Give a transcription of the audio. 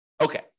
Okay